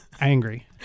Angry